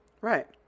Right